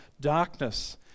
Darkness